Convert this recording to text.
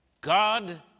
God